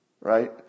right